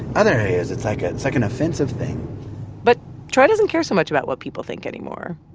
other areas, it's like ah it's like an offensive thing but troy doesn't care so much about what people think anymore.